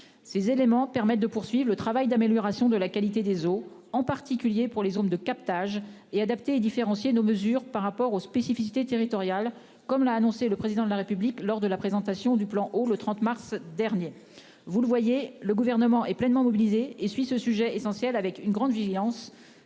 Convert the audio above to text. Ces éléments permettent de poursuivre le travail d'amélioration de la qualité des eaux, en particulier dans les zones de captage, et d'adapter et de différencier nos mesures en fonction des spécificités territoriales, comme l'a annoncé le Président de la République lors de la présentation du plan Eau le 30 mars dernier. Vous le voyez, le Gouvernement est pleinement mobilisé. Il suit ce sujet essentiel avec une grande vigilance,